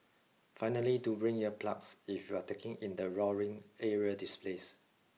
finally do bring ear plugs if you are taking in the roaring aerial displays